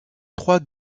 trois